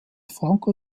franco